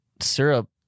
syrup